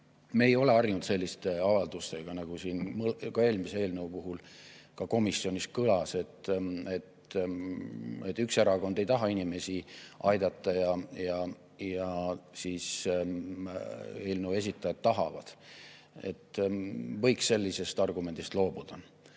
Me ei ole harjunud selliste avaldustega, nagu siin ka eelmise eelnõu puhul ja ka komisjonis kõlas, et üks erakond ei taha inimesi aidata, aga eelnõu esitajad tahavad – võiks sellistest argumentidest loobuda.